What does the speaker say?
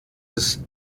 ist